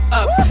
up